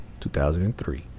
2003